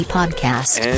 Podcast